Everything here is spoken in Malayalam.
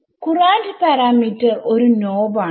കുറാന്റ് പാരാമീറ്റർ ഒരു നോബ് ആണ്